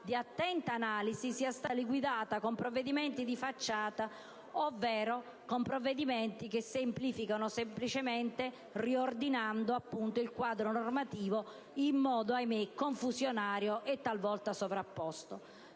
di attenta analisi sia stata liquidata con provvedimenti di facciata, ovvero con provvedimenti che semplificano semplicemente riordinando il quadro normativo in modo, ahimè, confusionario e talvolta sovrapposto.